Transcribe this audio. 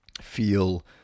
feel